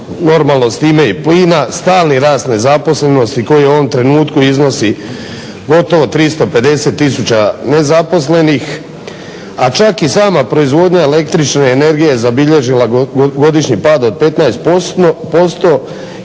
normalno s time i plina, stalni rast nezaposlenosti koji u ovom trenutku iznosi gotovo 350 tisuća nezaposlenih, a čak i sama proizvodnja električne energije je zabilježila godišnji pad od 15%